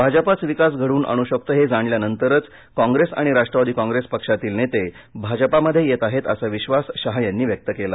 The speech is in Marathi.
भाजपाच विकास घडवून आणू शकतो हे जाणल्यानंतरच कॉप्रेस आणि राष्ट्रवादी कॉप्रेस पक्षातील नेते भाजपामध्ये येत आहेत असा विश्वास शहा यांनी व्यक्त केला